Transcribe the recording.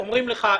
אומרים לך,